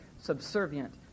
subservient